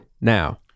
Now